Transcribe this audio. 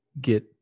get